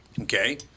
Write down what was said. Okay